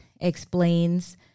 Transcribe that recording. explains